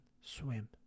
swim